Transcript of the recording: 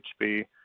HB